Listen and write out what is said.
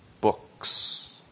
books